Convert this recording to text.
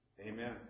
Amen